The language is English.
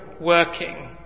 working